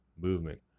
movement